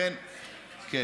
חיליק,